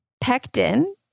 Pectin